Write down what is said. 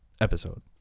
episode